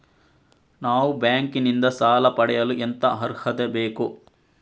ನಾವು ಬ್ಯಾಂಕ್ ನಿಂದ ಸಾಲ ಪಡೆಯಲು ಎಂತ ಅರ್ಹತೆ ಬೇಕು?